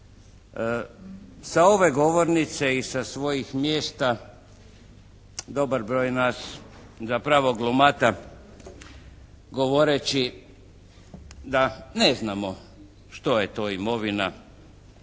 sa ove govornice i sa svojih mjesta dobar broj nas zapravo glumata govoreći da ne znamo što je to imovina.